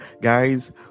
guys